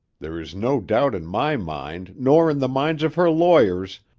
there is no doubt in my mind, nor in the minds of her lawyers,